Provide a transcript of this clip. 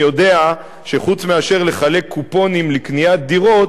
יודע שחוץ מאשר לחלק קופונים לקניית דירות,